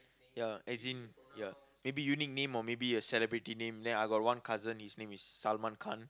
ya as in ya maybe unique name or maybe a celebrity name then I got one cousin his name is Salman-Khan